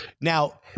Now